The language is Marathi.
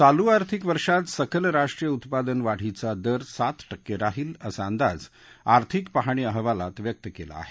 चालू आर्थिक वर्षात सकल राष्ट्रीय उत्पादन वाढीचा दर सात टक्के राहील असा अंदाज आर्थिक पाहणी अहवालात व्यक्त केला आहे